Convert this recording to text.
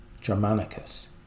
Germanicus